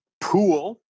pool